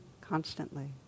constantly